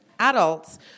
adults